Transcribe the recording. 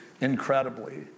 incredibly